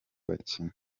bakina